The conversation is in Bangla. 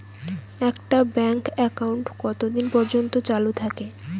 একটা ব্যাংক একাউন্ট কতদিন পর্যন্ত চালু থাকে?